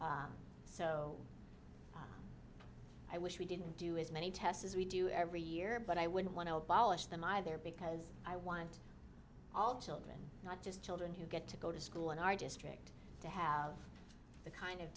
so i wish we didn't do as many tests as we do every year but i wouldn't want to abolish them either because i want all children not just children who get to go to school in our district to have the kind of